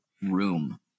room